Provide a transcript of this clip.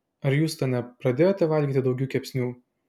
ar hjustone pradėjote valgyti daugiau kepsnių